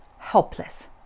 helpless